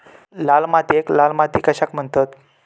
लाल मातीयेक लाल माती कशाक म्हणतत?